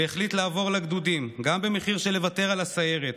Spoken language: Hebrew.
והחליט לעבור לגדודים גם במחיר של לוותר על הסיירת,